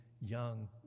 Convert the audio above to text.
young